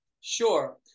Sure